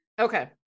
Okay